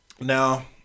Now